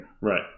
Right